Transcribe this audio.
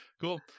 Cool